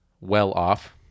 well-off